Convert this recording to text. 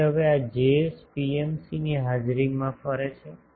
તેથી હવે આ Js પીએમસીની હાજરીમાં ફરે છે